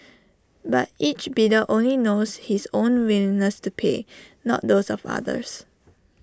but each bidder only knows his own willingness to pay not those of others